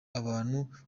abantu